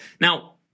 Now